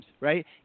right